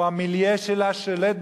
או המיליה שלה שולט,